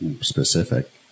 specific